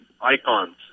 icons